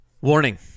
Warning